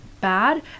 bad